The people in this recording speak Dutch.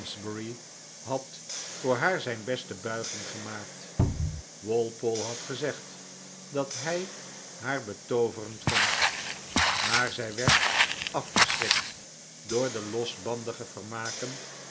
had voor haar zijn beste buiging gemaakt walpole had gezegd dat hij haar betooverend vond maar zij werd afgeschrikt door de losbandige vermaken